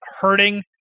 hurting